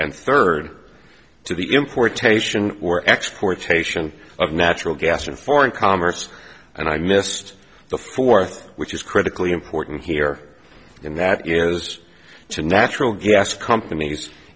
and third to the importation or exportation of natural gas and foreign commerce and i missed the fourth which is critically important here and that is to natural gas companies